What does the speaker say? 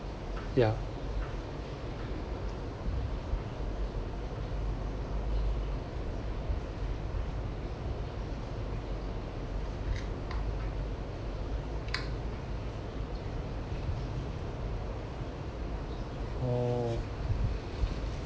ya mm